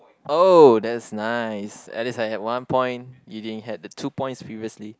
oh that's nice at least I have one point you didn't had the two points previously